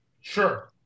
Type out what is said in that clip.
Sure